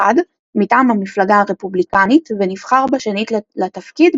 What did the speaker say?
מטעם המפלגה הרפובליקנית ונבחר בשנית לתפקיד